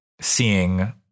seeing